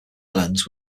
islands